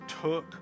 took